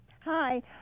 Hi